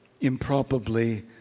improbably